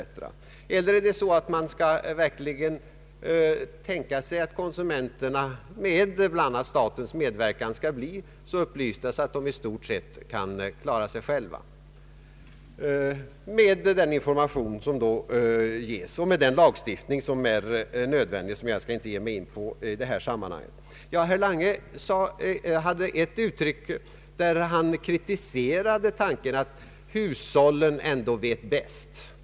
Eller är det så att man i stället skall tänka sig att konsumenterna med bland annat statens medverkan skall bli så upplysta, att de i stort sett kan klara sig själva med den information som då ges och med den lagstiftning som är nödvändig och som jag inte skall gå in på i detta sammanhang? Herr Lange hade ett uttryck där det låg en viss kritik i tanken att hushållen ändå vet bäst.